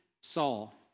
Saul